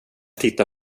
titta